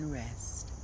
rest